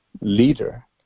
leader